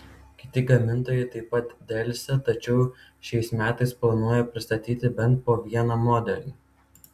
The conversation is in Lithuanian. kiti gamintojai taip pat delsia tačiau šiais metais planuoja pristatyti bent po vieną modelį